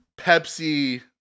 Pepsi